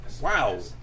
Wow